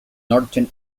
northern